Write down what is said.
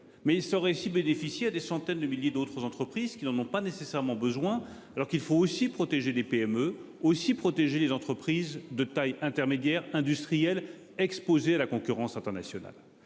Mais il serait il. Des centaines de milliers d'autres entreprises qui n'en ont pas nécessairement besoin alors qu'il faut aussi protéger les PME aussi protéger les entreprises de taille intermédiaire industrielles exposé à la concurrence internationale.